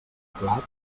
plat